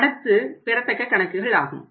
அடுத்து பெறத்தக்க கணக்குகள் ஆகும்